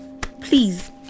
Please